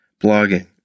Blogging